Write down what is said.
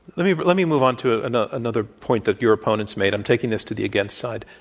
let me but let me move on to ah and ah another point that your opponents made. i'm taking this to the against side.